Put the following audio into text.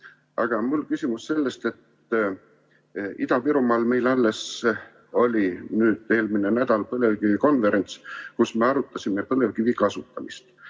Aga mul on küsimus selle kohta, et Ida-Virumaal meil alles oli eelmine nädal põlevkivikonverents, kus me arutasime põlevkivi kasutamist.